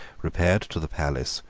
repaired to the palace,